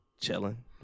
chilling